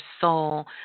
soul